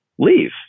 leave